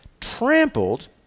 trampled